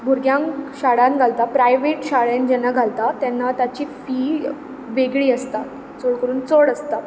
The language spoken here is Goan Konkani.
भुरग्यांक शाळांत घालपाक प्रायवेट शाळेन जेन्ना घालतात तेन्ना ताची फी वेगळी आसता चड करून चड आसता